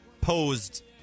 posed